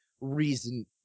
reason